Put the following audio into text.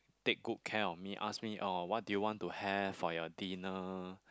take good care of me ask me orh what do you want to have for your dinner